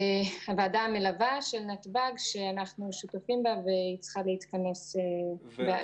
הוועדה המלווה של נתב"ג שאנחנו שותפים בה והיא צריכה להתכנס בהמשך --- את